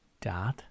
dad